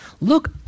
look